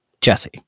Jesse